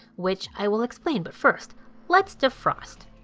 which i will explain but first let's defrost.